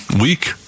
week